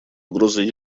угрозой